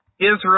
Israel